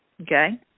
Okay